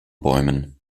bäumen